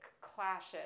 clashes